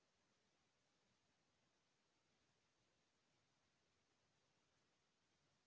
गन्ना ल शक्कर कारखाना म बेचे म जादा फ़ायदा हे के गुण कारखाना म?